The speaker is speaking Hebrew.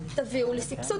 תביאו לי סבסוד,